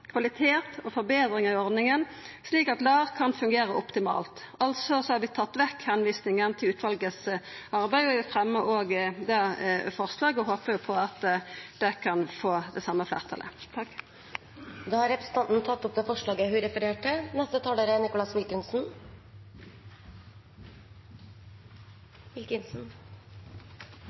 kvalitet og forbedringer i ordningen, slik at LAR kan fungere optimalt.» Vi har altså tatt vekk det som viser til utvalets arbeid. Eg vil fremja òg det forslaget, og håpar at det kan få det same fleirtalet. Representanten Kjersti Toppe har fremmet de forslagene hun refererte til. Dette er